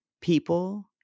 people